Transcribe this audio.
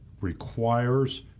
requires